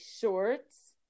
shorts